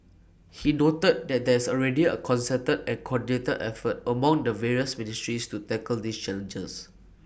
he noted that there is already A concerted and coordinated effort among the various ministries to tackle these challenges